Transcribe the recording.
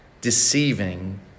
deceiving